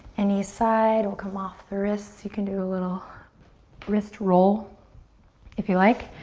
any side. we'll come off the wrists. you can do a little wrist roll if you like.